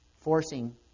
forcing